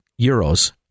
euros